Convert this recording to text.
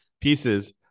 pieces